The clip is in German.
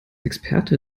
experte